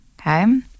Okay